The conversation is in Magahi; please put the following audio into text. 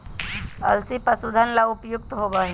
अलसी पशुधन ला उपयुक्त होबा हई